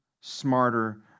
smarter